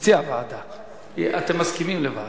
אתם מסכימים לוועדה?